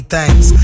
Thanks